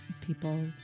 people